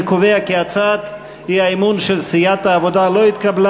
אני קובע כי הצעת האי-אמון של סיעת העבודה לא התקבלה.